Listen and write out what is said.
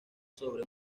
sobre